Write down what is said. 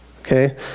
okay